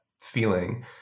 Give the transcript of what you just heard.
feeling